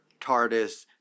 TARDIS